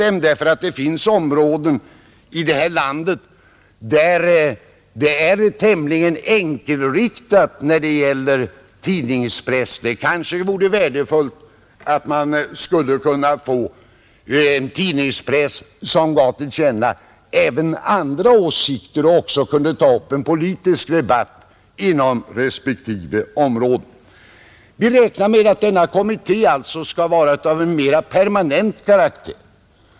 Det finns nämligen områden i detta land, där tidningspressen är tämligen enkelriktad och där det kanske vore värdefullt om man kunde få en tidningspress, som gav till känna också andra åsikter och även kunde ta upp en politisk debatt inom respektive område, Vi räknar alltså med att denna kommitté skall vara av mera permanent karaktär.